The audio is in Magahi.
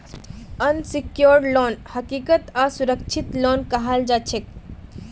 अनसिक्योर्ड लोन हकीकतत असुरक्षित लोन कहाल जाछेक